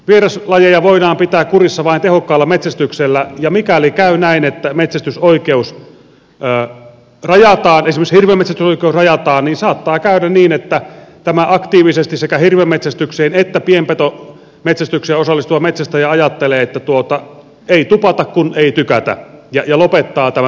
vieraslajeja voidaan pitää kurissa vain tehokkaalla metsästyksellä ja mikäli käy näin että metsästysoikeus rajataan esimerkiksi hirvenmetsästysoikeus rajataan niin saattaa käydä niin että tämä aktiivisesti sekä hirvenmetsästykseen että pienpetometsästykseen osallistuva metsästäjä ajattelee että ei tupata kun ei tykätä ja lopettaa tämän harrastuksen